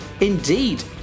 indeed